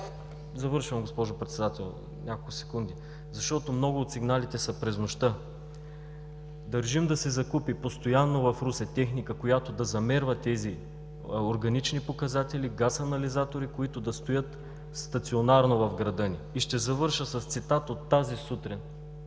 Завършвам, госпожо Председател, няколко секунди. …защото много от сигналите са през нощта. Държим в Русе да се закупи постоянна техника, която да замерва тези органични показатели, газанализатори, които да стоят стационарно в града ни. И ще завърша с цитат от тази сутрин,